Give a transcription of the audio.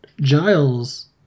Giles